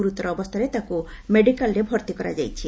ଗୁରୁତର ଅବସ୍ଥାରେ ତାକୁ ମେଡ଼ିକାଲରେ ଭର୍ତ୍ତି କରାଯାଇଛି